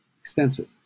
extensive